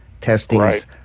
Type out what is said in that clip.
testings